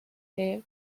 her